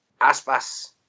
Aspas